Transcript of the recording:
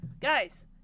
guys